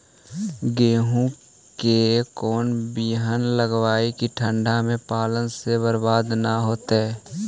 गेहूं के कोन बियाह लगइयै कि ठंडा में पाला से बरबाद न होतै?